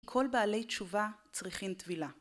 כל בעלי תשובה צריכים טבילה.